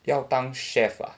要当 chef ah